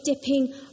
dipping